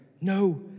No